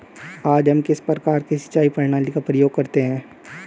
आज हम किस प्रकार की सिंचाई प्रणाली का उपयोग करते हैं?